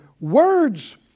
Words